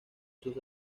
sus